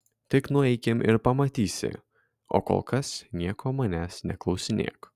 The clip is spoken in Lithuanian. tik nueikim ir pamatysi o kol kas nieko manęs neklausinėk